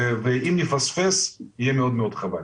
ואם נפספס יהיה מאד חבל.